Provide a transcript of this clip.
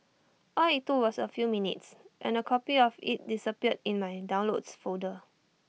all IT took was A few minutes and A copy of IT disappeared in my in downloads folder